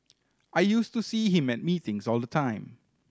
I used to see him at meetings all the time